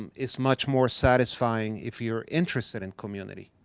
um is much more satisfying if you're interested in community.